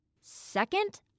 Second